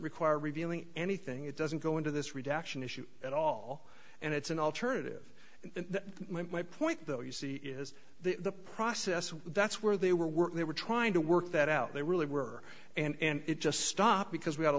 require revealing anything it doesn't go into this redaction issue at all and it's an alternative and my point though you see is the process that's where they were working they were trying to work that out they really were and it just stopped because we